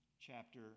chapter